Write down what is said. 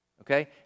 Okay